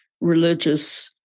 religious